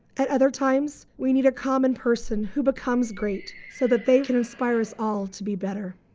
at other times, we need a common person who becomes great so that they can inspire us all to be better.